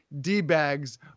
D-bags